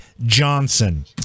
Johnson